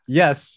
yes